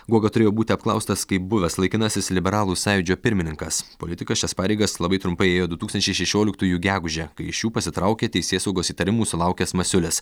guoga turėjo būti apklaustas kaip buvęs laikinasis liberalų sąjūdžio pirmininkas politikas šias pareigas labai trumpai ėjo du tūkstančiai šešioliktųjų gegužę kai iš jų pasitraukė teisėsaugos įtarimų sulaukęs masiulis